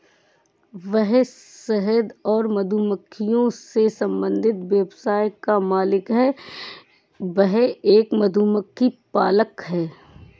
वह शहद और मधुमक्खियों से संबंधित व्यवसाय का मालिक है, वह एक मधुमक्खी पालक है